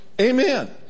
Amen